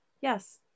Yes